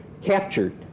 captured